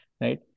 right